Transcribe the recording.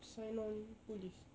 sign on police